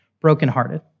brokenhearted